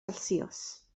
celsius